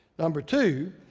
number two,